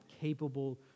capable